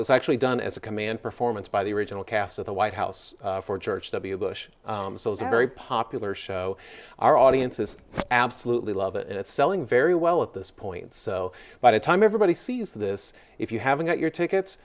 was actually done as a command performance by the original cast of the white house for george w bush very popular show our audiences absolutely love it it's selling very well at this point so by the time everybody sees this if you haven't got your tickets